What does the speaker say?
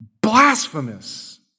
Blasphemous